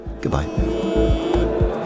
goodbye